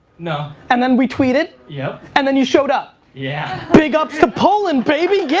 no. and then we tweeted. yeah. and then you showed up. yeah. big ups to poland, baby, yeah!